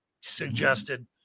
suggested